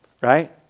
Right